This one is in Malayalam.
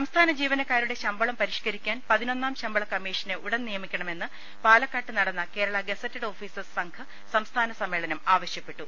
സംസ്ഥാന ജീവനക്കാരുടെ ശമ്പളം പരിഷ്കരിക്കാൻ പതിനൊന്നാം ശമ്പള കമ്മീഷനെ ഉടൻ നിയമിക്കണമെന്ന് പാലക്കാട്ട് നടന്ന കേരള ഗസറ്റഡ് ഓഫീസേഴ്സ് സംഘ് സംസ്ഥാന സമ്മേളനം ആവശ്യപ്പെട്ടു